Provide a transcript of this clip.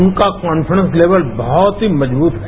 उनका कॉन्फिडेंस लेबल बहुत ही मजबूत है